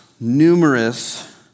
numerous